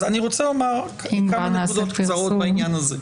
אני רוצה לומר כמה נקודות קצרות בעניין הזה.